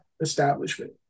establishment